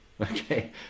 Okay